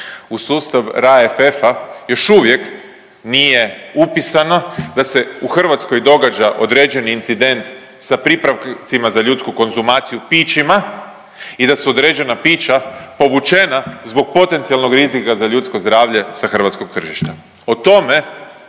u sustav RFF-a još uvijek nije upisano da se u Hrvatskoj događa određeni incident sa pripravcima za ljudsku konzumaciju pićima i da su određena pića povučena zbog potencijalnog rizika za ljudsko zdravlje sa hrvatskog tržišta.